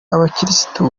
abakirisitu